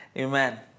Amen